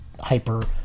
hyper